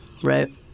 Right